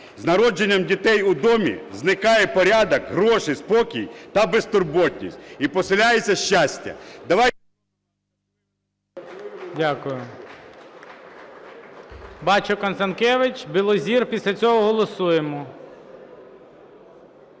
З народженням дітей в домі зникає порядок, гроші, спокій та безтурботність і оселяється щастя.